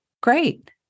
great